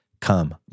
Come